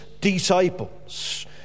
disciples